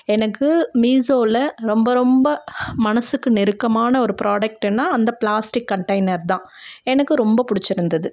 எனக்கு மீஷோவில் ரொம்ப ரொம்ப மனசுக்கு நெருக்கமான ஒரு ப்ராடக்ட்டுன்னா அந்த பிளாஸ்டிக் கண்டெய்னர் தான் எனக்கு ரொம்ப பிடிச்சிருந்தது